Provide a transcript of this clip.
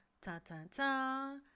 ta-ta-ta